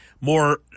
more